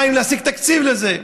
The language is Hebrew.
שנית, להשיג תקציב לזה.